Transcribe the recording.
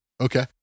Okay